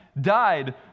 died